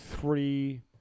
three